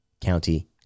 County